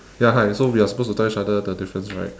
ya hi so we are supposed to tell each other the difference right